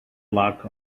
luck